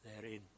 therein